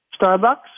Starbucks